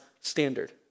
standard